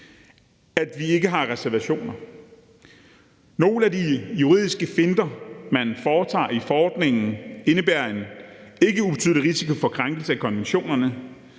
at vi ikke har reservationer. Nogle af de juridiske finter, man foretager i forordningen, indebærer en ikke ubetydelig risiko for en krænkelse af konventionerne.